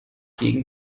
gegen